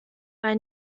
bei